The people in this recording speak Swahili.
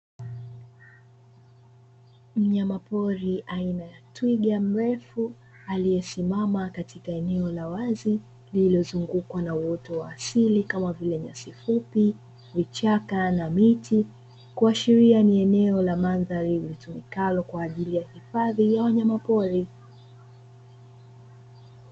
Mnyamapori aina ya twiga mrefu, aliyesimama katika eneo la wazi lililozungukwa na uoto wa asili kama vile nyasi fupi, vichaka na miti, kuashiria ni eneo la mandhari litumikalo kwa ajili ya hifadhi ya wanyamapori.